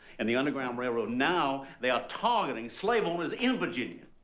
and the underground railroad now they are targeting slave owners in virginia.